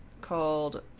called